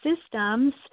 systems